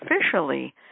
officially